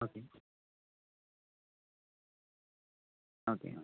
okay okay